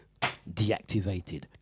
deactivated